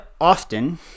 often